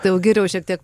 tai jau geriau šiek tiek